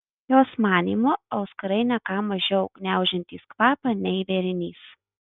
jos manymu auskarai ne ką mažiau gniaužiantys kvapą nei vėrinys